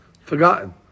forgotten